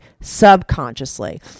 subconsciously